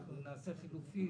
אנחנו נעשה חילופין,